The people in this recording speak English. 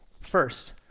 First